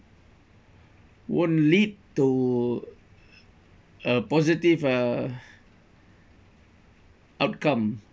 won't lead to a positive uh outcome